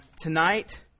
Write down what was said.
Tonight